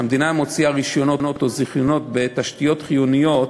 שהמדינה מוציאה רישיונות או זיכיונות בתשתיות חיוניות,